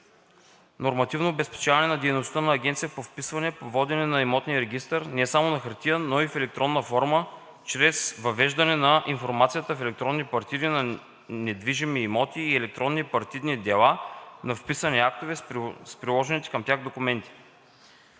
нормативно обезпечаване на дейността на Агенцията по вписванията по водене на имотния регистър не само на хартия, но и в електронна форма чрез въвеждане на информацията в електронни партиди на недвижими имоти и електронни партидни дела на вписаните актове с приложените към тях документи;